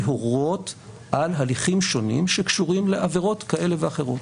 להורות על הליכים שונים שקשורים לעבירות כאלה ואחרות.